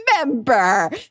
remember